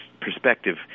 perspective